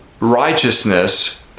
righteousness